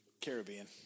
Caribbean